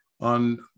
on